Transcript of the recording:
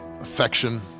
affection